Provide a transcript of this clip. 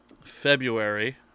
February